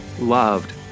loved